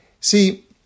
See